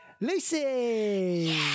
Lucy